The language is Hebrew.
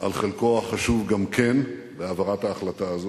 על חלקו החשוב גם כן בהעברת ההחלטה הזאת.